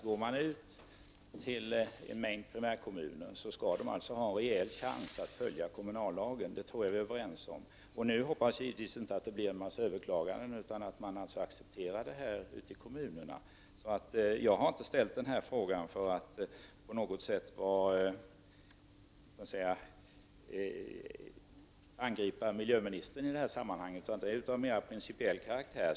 Går man ut till en mängd primärkommuner skall dessa också få en rejäl chans att följa kommunallagen. Det tror jag att vi är överens om. Nu hoppas vi givetvis att det inte blir en hel del överklaganden utan att man accepterar detta i kommunerna. Jag har inte ställt denna fråga för att på något sätt angripa miljöministern. Min fråga är mer av principiell karaktär.